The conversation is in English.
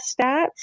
stats